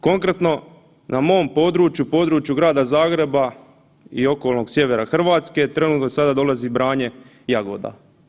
Konkretno na mom području na području grada Zagreba i okolnog sjevera Hrvatske trenutno sada dolazi branje jagoda.